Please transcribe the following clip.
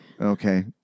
Okay